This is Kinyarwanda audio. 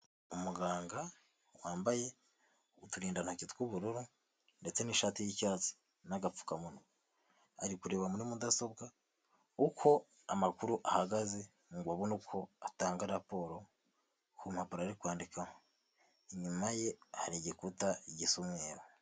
Umuganga wambaye uturindantoki tw'ubururu ndetse n'ishati y'icyatsi n'agapfukamunwa, ari kureba muri mudasobwa uko amakuru ahagaze ngo abone uko atanga raporo ku mmpapuro ari kwandikaho, inyuma ye hari igikuta gisa umweru.